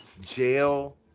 jail